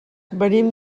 venim